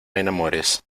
enamores